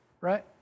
right